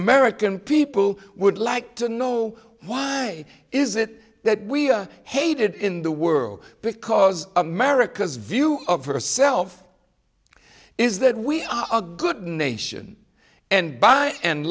american people would like to know why is it that we are hated in the world because america's view of herself is that we are a good nation and by and